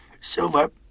Silver